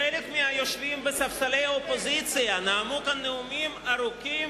חלק מהיושבים בספסלי האופוזיציה נאמו כאן נאומים ארוכים,